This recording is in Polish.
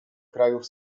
krajów